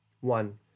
One